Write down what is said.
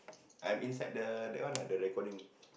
I'm inside the that one I do the recording